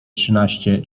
trzynaście